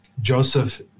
Joseph